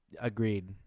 Agreed